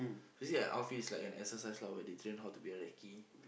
basically an outfield is like an exercise lah where they train how to be a recce